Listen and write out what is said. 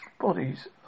bodies